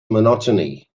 monotony